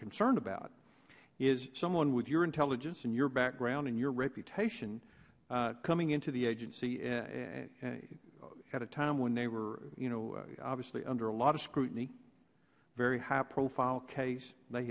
concerned about is someone with your intelligence and your background and your reputation coming into the agency in and at a time when they were you know obviously under a lot of scrutiny very high profile case they